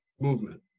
movement